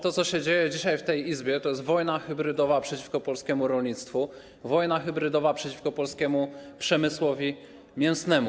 To, co się dzieje dzisiaj w tej Izbie, to jest wojna hybrydowa przeciwko polskiemu rolnictwu, wojna hybrydowa przeciwko polskiemu przemysłowi mięsnemu.